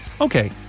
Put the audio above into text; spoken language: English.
Okay